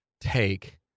take